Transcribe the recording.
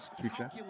Future